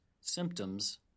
symptoms